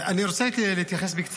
אני רוצה להתייחס בקצרה